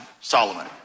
Solomon